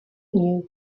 knew